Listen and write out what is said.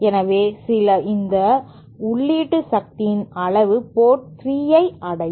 எனவே சில இந்த உள்ளீட்டு சக்தியின் அளவு போர்ட் 3 ஐ அடையும்